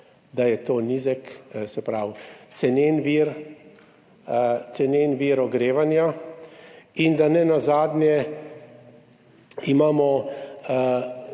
da je to nizek, se pravi cenen vir ogrevanja in da imamo